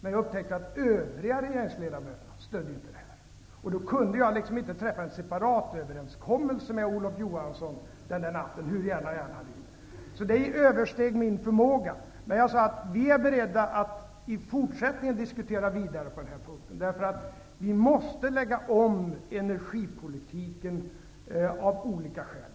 Men jag upptäckte att de övriga regeringsledamöterna inte stödde det. Jag kunde liksom inte träffa en separatöverenskommelse med Olof Johansson den där natten, hur gärna jag än hade velat. Det översteg min förmåga. Men jag sade att vi i fortsättningen var beredda att diskutera vidare på den här punkten. För vi måste av olika skäl lägga om energipolitiken.